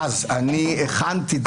אני אגיע, הכנתי.